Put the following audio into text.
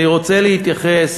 אני רוצה להתייחס